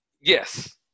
Yes